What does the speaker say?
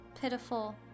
pitiful